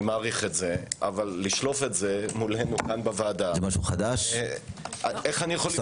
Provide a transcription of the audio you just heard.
אני מעריך את זה אבל לשלוף את זה מולנו כאן בוועדה איך אני יכול?